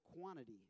quantity